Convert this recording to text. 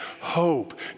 hope